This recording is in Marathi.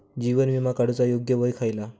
जीवन विमा काडूचा योग्य वय खयला?